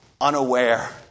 unaware